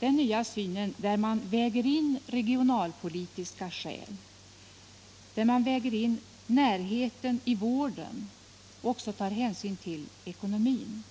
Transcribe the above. Den innebär att man väger in regionalpolitiska skäl — närheten till vården — och även tar hänsyn till ekonomin.